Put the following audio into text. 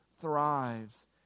thrives